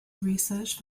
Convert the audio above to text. research